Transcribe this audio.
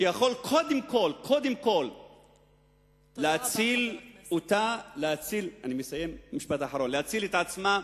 שיכול קודם כול להציל אותה, להציל את עצמה,